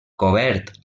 cobert